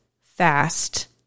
fast